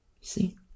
See